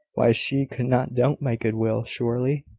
why, she could not doubt my good will, surely?